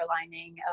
lining